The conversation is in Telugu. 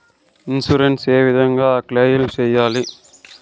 ఇన్సూరెన్సు ఏ విధంగా క్లెయిమ్ సేయాలి?